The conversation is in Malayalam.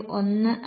1 ആയി